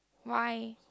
why